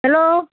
hello